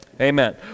Amen